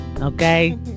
okay